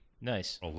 Nice